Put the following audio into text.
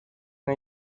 una